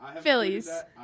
Phillies